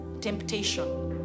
temptation